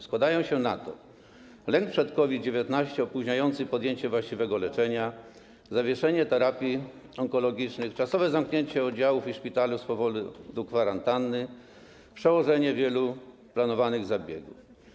Składają się na to: lęk przed COVID-19 opóźniający podjęcie właściwego leczenia, zawieszenie terapii onkologicznych, czasowe zamknięcie oddziałów i szpitali z powodu kwarantanny, przekładanie wielu planowanych zabiegów.